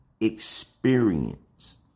experience